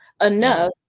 enough